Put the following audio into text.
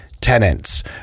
tenants